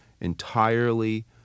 entirely